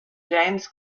james